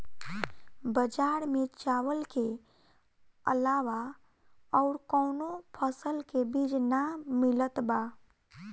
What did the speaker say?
बजार में चावल के अलावा अउर कौनो फसल के बीज ना मिलत बा